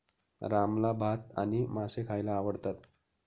रामला भात आणि मासे खायला आवडतात